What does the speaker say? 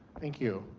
thank you.